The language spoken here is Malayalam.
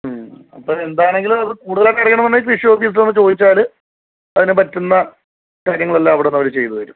അപ്പം എന്താണെങ്കിലും അത് കൂടുതലായിട്ട് അറിയണമെങ്കിൽ കൃഷി ഓഫീസിൽ ഒന്ന് ചോദിച്ചാൽ അതിന് പറ്റുന്ന കാര്യങ്ങളെല്ലാം അവിടെ നിന്ന് അവർ ചെയ്ത് തരും